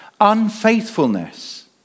Unfaithfulness